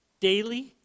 daily